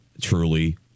truly